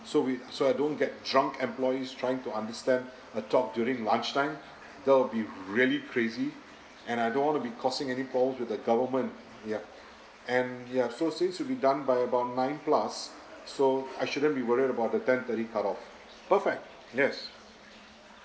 so we so I don't get drunk employees trying to understand a talk during lunchtime that will be really crazy and I don't want to be causing any problems with the government ya and ya so seems to be done by about nine plus so I shouldn't be worried about the ten thirty cut off perfect yes